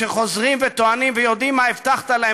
שחוזרים וטוענים ויודעים מה הבטחת להם